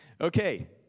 Okay